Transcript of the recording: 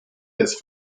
des